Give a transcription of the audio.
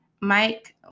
Mike